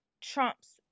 trumps